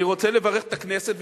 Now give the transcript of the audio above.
אני רוצה לברך את הכנסת,